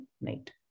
night